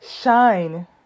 Shine